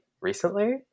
recently